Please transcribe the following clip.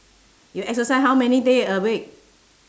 you exercise how many day a week